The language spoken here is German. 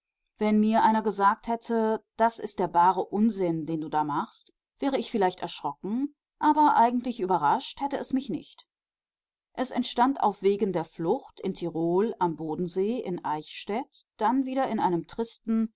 wenn mir einer gesagt hätte das ist der bare unsinn was du da machst wäre ich vielleicht erschrocken aber eigentlich überrascht hätte es mich nicht es entstand auf wegen der flucht in tirol am bodensee in eichstätt dann wieder in einem tristen